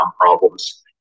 problems